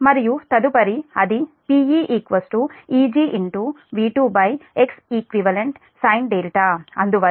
మరియు తదుపరి అది PeEgV2xeq sin అందువల్ల PeEg is 1